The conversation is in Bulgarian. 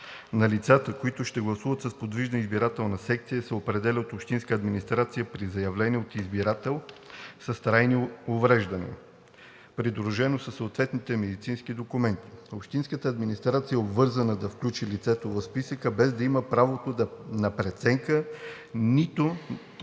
на лицата, които ще гласуват с подвижна избирателна секция, се определя от общинската администрация при заявление от избирател с трайно увреждане, придружено със съответните медицински документи. Общинската администрация е обвързана да включи лицето в списъка, без да има правото на преценка – нито